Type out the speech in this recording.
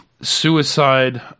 suicide